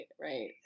right